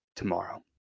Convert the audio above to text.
tomorrow